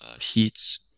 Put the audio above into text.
heats